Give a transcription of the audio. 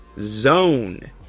zone